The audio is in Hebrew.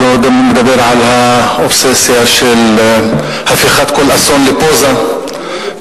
אני לא מדבר על האובססיה של הפיכת כל אסון לפוזה תקשורתית,